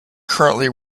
currently